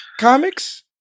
comics